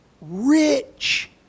rich